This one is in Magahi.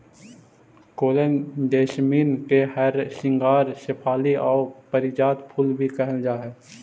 कोरल जैसमिन के हरसिंगार शेफाली आउ पारिजात फूल भी कहल जा हई